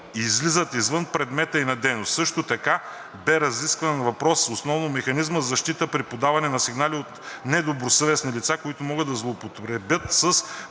излизат извън предмета ѝ на дейност. Също така бе разискван въпросът относно механизма за защита при подаване на сигнали от недобросъвестни лица, които могат да злоупотребят с